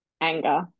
anger